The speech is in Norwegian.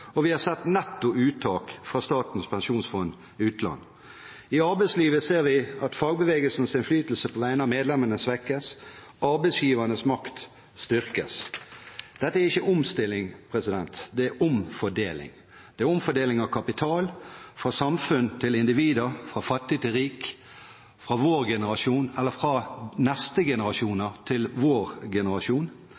og vi har sett netto uttak fra Statens pensjonsfond utland. I arbeidslivet ser vi at fagbevegelsens innflytelse på vegne av medlemmene svekkes, arbeidsgivernes makt styrkes. Dette er ikke omstilling; det er omfordeling. Det er omfordeling av kapital – fra samfunn til individer, fra fattig til rik, fra neste generasjoner til vår generasjon. Det er omfordeling av makt – fra